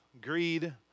greed